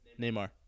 Neymar